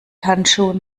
handschuhen